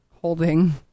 Holding